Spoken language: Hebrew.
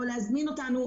להזמין אותנו,